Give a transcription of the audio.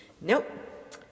Nope